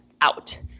out